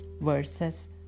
verses